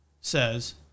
says